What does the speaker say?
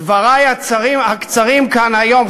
דברי הקצרים כאן היום,